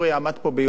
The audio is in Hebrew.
עמד פה ביושר